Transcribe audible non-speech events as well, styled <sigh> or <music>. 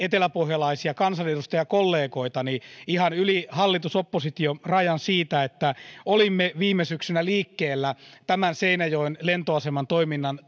<unintelligible> eteläpohjalaisia kansanedustajakollegoitani ihan yli hallitus oppositio rajan siitä että olimme viime syksynä liikkeellä tämän seinäjoen lentoaseman toiminnan <unintelligible>